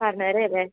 പറഞ്ഞേര എല്ലേ